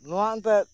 ᱱᱚᱣᱟ ᱮᱱᱛᱮᱫ